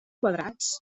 quadrats